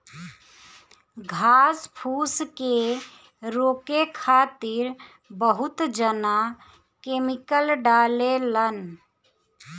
घास फूस के रोके खातिर बहुत जना केमिकल डालें लन